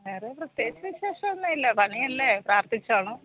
ആ വേറെ പ്രത്യേകിച്ച് വിശേഷമൊന്നുമില്ല പണിയല്ലേ പ്രാർത്ഥിച്ചോണം